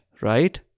right